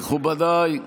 מכובדיי,